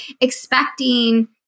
expecting